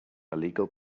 illegal